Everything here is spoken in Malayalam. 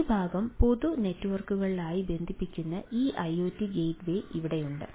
ഈ ഭാഗം പൊതു നെറ്റ്വർക്കുകളുമായി ബന്ധിപ്പിക്കുന്ന ഈ ഐഒടി ഗേറ്റ്വേ ഇവിടെയുണ്ട്